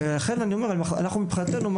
מבחינתנו,